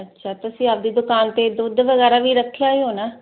ਅੱਛਾ ਤੁਸੀਂ ਆਪਦੀ ਦੁਕਾਨ ਤੇ ਦੁੱਧ ਵਗੈਰਾ ਵੀ ਰੱਖਿਆ ਹੀ ਹੋਣਾ